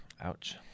Ouch